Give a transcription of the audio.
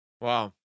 Wow